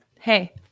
Hey